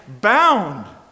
bound